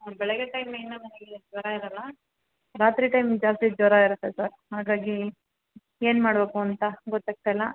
ಬೆಳಗ್ಗೆ ಟೈಮ್ ಏನೂ ಜ್ವರ ಇರೋಲ್ಲ ರಾತ್ರಿ ಟೈಮ್ ಜಾಸ್ತಿ ಜ್ವರ ಇರುತ್ತೆ ಸರ್ ಹಾಗಾಗಿ ಏನು ಮಾಡ್ಬೇಕು ಅಂತ ಗೊತ್ತಾಗ್ತಾಯಿಲ್ಲ